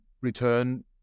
return